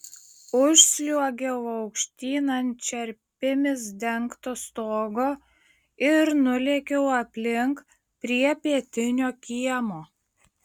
užsliuogiau aukštyn ant čerpėmis dengto stogo ir nulėkiau aplink prie pietinio kiemo